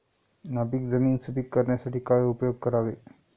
नापीक जमीन सुपीक करण्यासाठी काय उपयोग करावे?